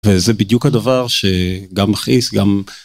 וזה בדיוק הדבר שגם מכעיס, גם...